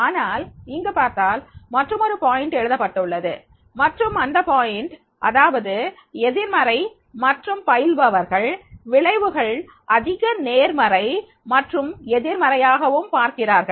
ஆனால் இங்கு பார்த்தால் மற்றுமொரு விஷயம் எழுதப்பட்டுள்ளது மற்றும் அந்த விஷயம் அதாவது எதிர்மறை மற்றும் பயில்பவர்கள் விளைவுகள் அதிக நேர்மறை மற்றும் எதிர்மறையாகவும் பார்க்கிறார்கள்